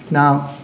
now,